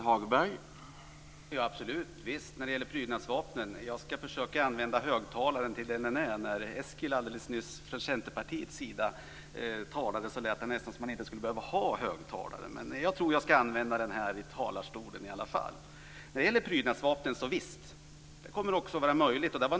Herr talman! Jag ska försöka använda högtalaren till det som den är avsedd för. När Eskil Erlandsson från Centerpartiet talade alldeles nyss lät det nästan som om han inte skulle behöva ha någon högtalare. Men jag tror i alla fall att jag ska använda den här i talarstolen. När det gäller prydnadsvapen kommer det här visst att vara möjligt.